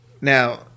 Now